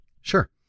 Sure